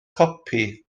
copi